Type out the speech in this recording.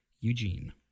Eugene